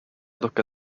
look